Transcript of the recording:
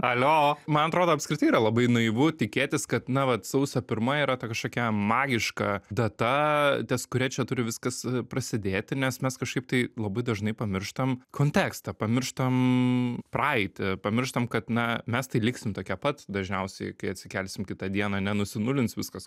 alio man atrodo apskritai yra labai naivu tikėtis kad na vat sausio pirma yra ta kažkokia magiška data ties kuria čia turi viskas prasidėti nes mes kažkaip tai labai dažnai pamirštam kontekstą pamirštam praeitį pamirštam kad na mes tai liksim tokie pat dažniausiai kai atsikelsim kitą dieną nenusinulins viskas